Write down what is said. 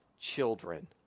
children